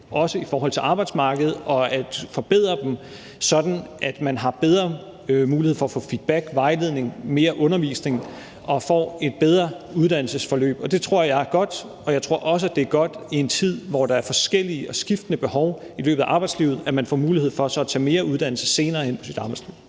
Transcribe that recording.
også i forhold til arbejdsmarkedet, og at forbedre dem, sådan at man har bedre mulighed for at få feedback, vejledning, mere undervisning og får et bedre uddannelsesforløb. Det tror jeg er godt, og jeg tror også, at det er godt i en tid, hvor der er forskellige og skiftende behov i løbet af arbejdslivet, at man får mulighed for så at tage mere uddannelse senere hen i sit arbejdsliv.